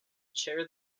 chair